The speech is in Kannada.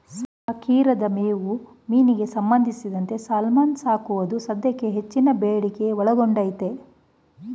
ಸಾಕಿರದ ಮೇವು ಮೀನಿಗೆ ಸಂಬಂಧಿಸಿದಂತೆ ಸಾಲ್ಮನ್ ಸಾಕೋದು ಸದ್ಯಕ್ಕೆ ಹೆಚ್ಚಿನ ಬೇಡಿಕೆ ಒಳಗೊಂಡೈತೆ